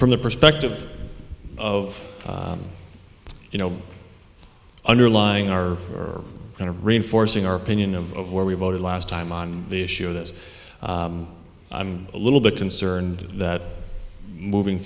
from the perspective of you know underlying our for reinforcing our opinion of where we voted last time on the issue of this i'm a little bit concerned that moving